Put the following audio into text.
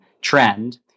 trend